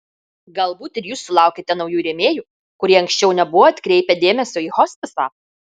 galbūt ir jūs sulaukėte naujų rėmėjų kurie anksčiau nebuvo atkreipę dėmesio į hospisą